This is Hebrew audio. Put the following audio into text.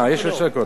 אז הוויכוח,